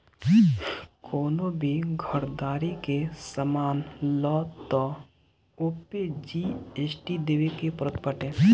कवनो भी घरदारी के सामान लअ तअ ओपे जी.एस.टी देवे के पड़त बाटे